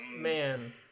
Man